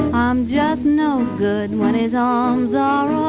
i'm just no good when his arms are ah